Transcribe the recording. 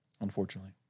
unfortunately